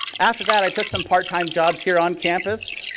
after that i took some part-time jobs here on campus,